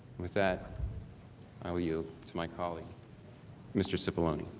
with that i will yield to my colleague mr. cipollone.